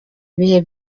ibihe